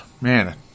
man